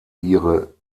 ihre